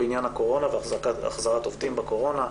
בעניין הקורונה והחזרת עובדים בקורונה,